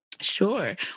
Sure